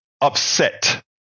upset